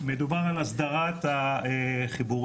מדובר על הסדרת החיבורים